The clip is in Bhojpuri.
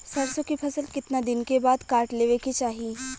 सरसो के फसल कितना दिन के बाद काट लेवे के चाही?